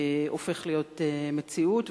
הופך להיות מציאות,